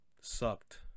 Sucked